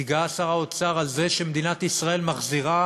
התגאה שר האוצר בזה שמדינת ישראל מחזירה